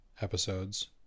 episodes